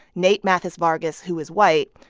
nate mathis-vargas, who is white,